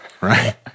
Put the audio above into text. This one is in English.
right